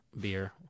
beer